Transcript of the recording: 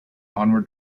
onward